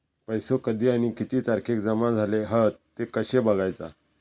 पैसो कधी आणि किती तारखेक जमा झाले हत ते कशे बगायचा?